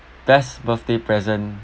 best birthday present